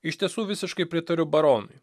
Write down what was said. iš tiesų visiškai pritariu baronui